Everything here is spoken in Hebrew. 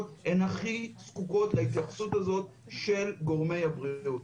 הן הכי זקוקות להתייחסות הזאת של גורמי הבריאות.